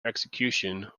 execution